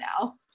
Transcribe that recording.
now